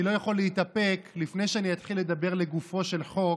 אני לא יכול להתאפק לפני שאני אתחיל לדבר לגופו של חוק.